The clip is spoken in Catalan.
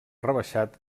rebaixat